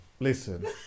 Listen